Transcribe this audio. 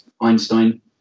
Einstein